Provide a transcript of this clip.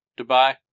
dubai